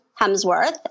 Hemsworth